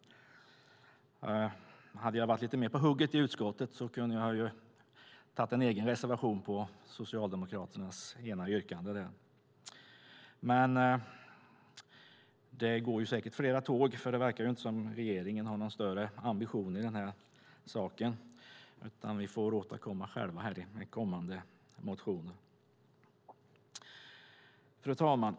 Hade jag varit lite mer på hugget i utskottet kunde jag ha lämnat en egen reservation på Socialdemokraternas ena yrkande. Men det går säkert fler tåg. Det verkar inte som att regeringen har någon större ambition i denna sak. Vi får återkomma själva i kommande motioner. Fru talman!